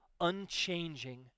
unchanging